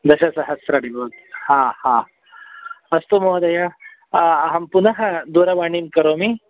दशसहस्रमपि भवति ह ह अस्तु महोदय अहं पुनः दूरवाणीं करोमि